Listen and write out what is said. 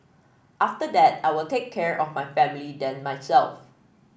after that I'll take care of my family then myself